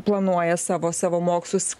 planuoja savo savo mokslus